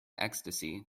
ecstasy